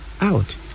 out